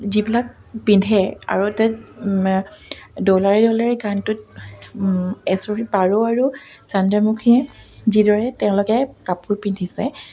যিবিলাক পিন্ধে আৰু তে দৌলা ৰে দৌলা ৰে গানটোত এচৰি পাৰৌ আৰু চন্দ্ৰমুখীয়ে যিদৰে তেওঁলোকে কাপোৰ পিন্ধিছে